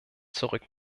zurück